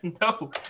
No